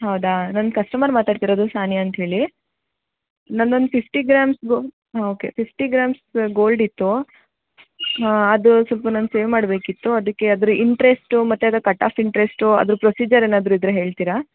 ಹೌದಾ ನಾನು ಕಸ್ಟಮರ್ ಮಾತಾಡ್ತಿರೋದು ಸಾನಿಯ ಅಂತ್ಹೇಳಿ ನನ್ನದೊಂದು ಫಿಫ್ಟಿ ಗ್ರಾಮ್ಸ್ ಗೊ ಹಾಂ ಓಕೆ ಫಿಫ್ಟಿ ಗ್ರಾಮ್ಸ್ದು ಗೋಲ್ಡ್ ಇತ್ತು ಹಾಂ ಅದು ಸ್ವಲ್ಪ ನನಗ್ ಸೇಲ್ ಮಾಡಬೇಕಿತ್ತು ಅದಕ್ಕೆ ಅದ್ರ ಇಂಟ್ರೆಸ್ಟು ಮತ್ತು ಅದರ ಕಟ್ ಆಫ್ ಇಂಟ್ರೆಸ್ಟು ಅದ್ರ ಪ್ರೊಸಿಜರ್ ಏನಾದರೂ ಇದ್ದರೆ ಹೇಳ್ತೀರಾ